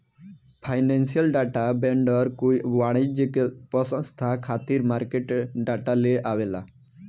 financial data vendor कोई वाणिज्यिक पसंस्था खातिर मार्केट डाटा लेआवेला